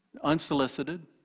Unsolicited